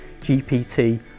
gpt